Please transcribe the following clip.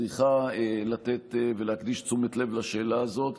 צריכה להקדיש תשומת לב לשאלה הזאת.